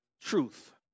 truth